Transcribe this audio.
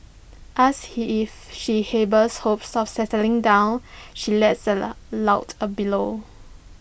asked he if she harbours hopes of settling down she lets out A loud bellow